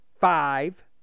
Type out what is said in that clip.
five